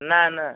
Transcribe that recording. ନା ନା